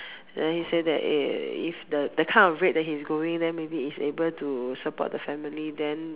then he say that eh if the the kind of rate that he is going then maybe he is able to support to family then